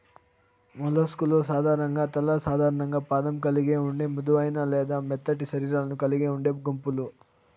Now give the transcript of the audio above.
mollusc లు సాధారణంగా తల మరియు పాదం కలిగి ఉండి మృదువైన లేదా మెత్తటి శరీరాలను కలిగి ఉండే గుంపులు